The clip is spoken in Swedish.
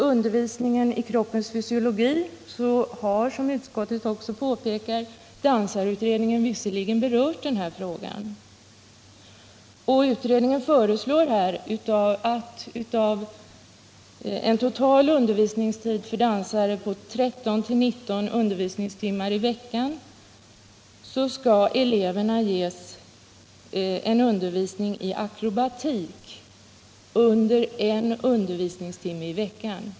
Undervisningen i kroppsfysiologi har, som utskottet också påpekar, dansarutredningen visserligen berört. Utredningen föreslår att av en total undervisningstid för dansare på 13-19 undervisningstimmar i veckan skall eleverna ges en undervisning i akrobatik under en undervisningstimme i veckan.